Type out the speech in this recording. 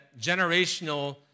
generational